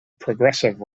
progressive